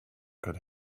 could